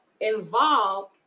involved